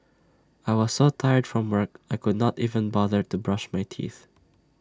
I was so tired from work I could not even bother to brush my teeth